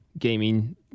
gaming